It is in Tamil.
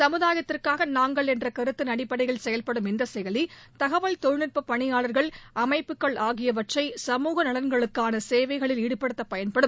சமுதாயத்திற்காக நாங்கள் என்ற கருத்தின் அடிப்படையில் செயல்படும் இந்த செயலி தகவல் தொழில்நுட்ப பணியாளர்கள் அமைப்புகள் ஆகியவற்றை சமுக நலன்களுக்கான சேவைகளில் ஈடுபடுத்த பயன்படும்